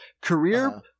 Career